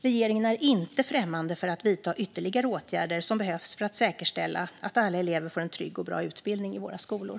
Regeringen är inte främmande för att vidta ytterligare åtgärder som behövs för att säkerställa att alla elever får en trygg och bra utbildning i våra skolor.